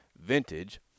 vintage